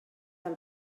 del